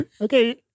Okay